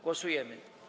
Głosujemy.